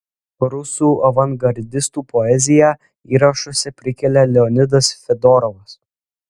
rusų avangardistų poeziją įrašuose prikelia leonidas fedorovas